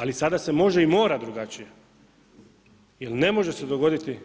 Ali se sada može i mora drugačije jel ne može se dogoditi